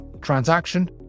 transaction